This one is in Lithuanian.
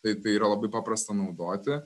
tai tai yra labai paprasta naudoti